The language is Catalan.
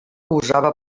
gosava